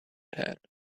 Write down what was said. had